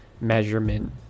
measurement